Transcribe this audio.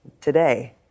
today